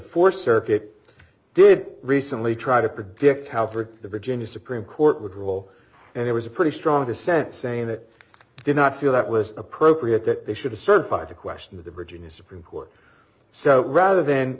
fourth circuit did recently try to predict how for the virginia supreme court would rule and there was a pretty strong dissent saying that did not feel that was appropriate that they should have certified the question of the virginia supreme court so rather than